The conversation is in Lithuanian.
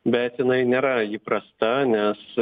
bet jinai nėra įprasta nes